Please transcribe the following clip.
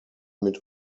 mit